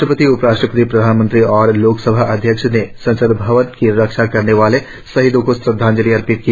राष्ट्रपति उपराष्ट्रपति प्रधानमंत्री और लोकसभा अध्यक्ष ने संसद भवन की रक्षा करने वाले शहीदों को श्रद्धांजलि अर्पित की